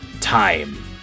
time